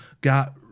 got